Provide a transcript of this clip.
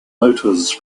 motors